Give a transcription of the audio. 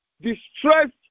distressed